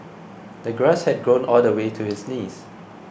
the grass had grown all the way to his knees